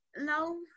No